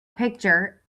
picture